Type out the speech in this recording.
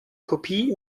kopie